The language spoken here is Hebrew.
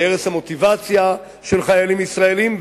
להרס המוטיבציה של חיילים ישראלים,